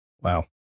Wow